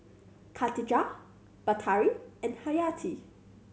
Katijah Batari and Haryati